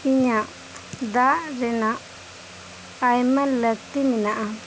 ᱤᱧᱟᱹᱜ ᱫᱟᱜ ᱨᱮᱱᱟᱜ ᱟᱭᱢᱟ ᱞᱟᱹᱠᱛᱤ ᱢᱮᱱᱟᱜᱼᱟ